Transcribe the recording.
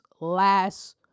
last